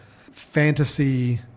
fantasy